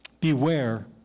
Beware